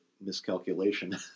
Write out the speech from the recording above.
miscalculation